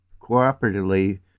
cooperatively